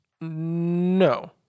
No